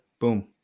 Boom